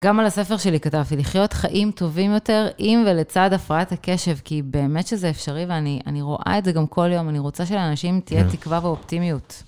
גם על הספר שלי כתב, לחיות חיים טובים יותר עם ולצד הפרעת הקשב, כי באמת שזה אפשרי ואני רואה את זה גם כל יום, אני רוצה שלאנשים תהיה תקווה ואופטימיות.